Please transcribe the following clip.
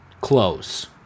close